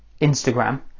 Instagram